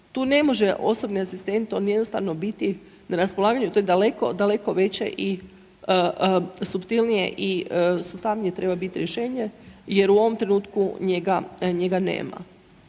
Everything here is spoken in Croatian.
Tu ne može osobni asistent on jednostavno biti na raspolaganju, to je daleko, daleko veće i suptilnije i sustavnije treba biti rješenje jer u ovom trenutku njega, njega